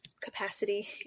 capacity